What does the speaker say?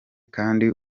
kandi